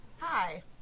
Hi